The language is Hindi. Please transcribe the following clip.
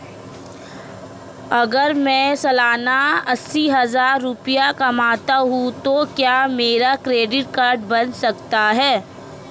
अगर मैं सालाना अस्सी हज़ार रुपये कमाता हूं तो क्या मेरा क्रेडिट कार्ड बन सकता है?